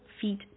feet